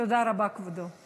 תודה רבה, כבודו.